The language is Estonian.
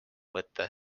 võtta